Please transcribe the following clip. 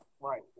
right